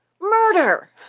Murder